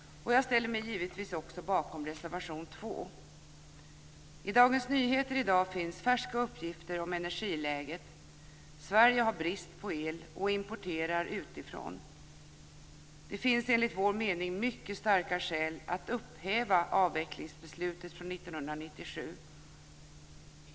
Jag ställer mig givetvis också bakom reservation 2. I Dagens Nyheter i dag finns färska uppgifter om energiläget. Sverige har brist på el, och importerar utifrån. Det finns enligt vår mening mycket starka skäl att upphäva avvecklingsbeslutet från 1997.